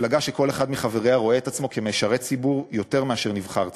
מפלגה שכל אחד מחבריה רואה עצמו משרת ציבור יותר מאשר נבחר ציבור,